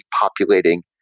populating